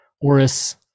Oris